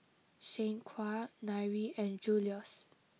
Shanequa Nyree and Julious